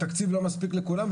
התקציב לא מספיק לכולם,